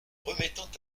remettant